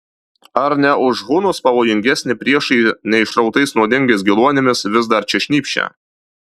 ar ne už hunus pavojingesni priešai neišrautais nuodingais geluonimis vis dar čia šnypščia